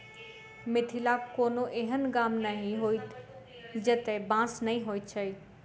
मिथिलाक कोनो एहन गाम नहि होयत जतय बाँस नै होयत छै